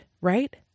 right